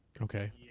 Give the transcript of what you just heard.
Okay